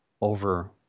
over